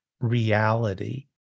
reality